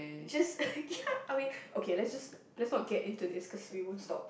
just uh ya I mean okay let's just let's not get into this cause we won't stop